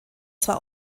zwar